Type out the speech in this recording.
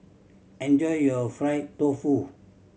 enjoy your fried tofu